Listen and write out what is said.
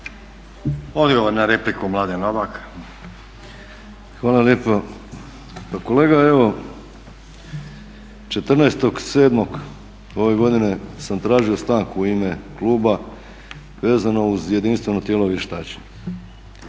Mladen Novak. **Novak, Mladen (ORaH)** Hvala lijepo. Pa kolega evo 14.7. ove godine sam tražio stanku u ime kluba vezano uz jedinstveno tijelo vještačenja.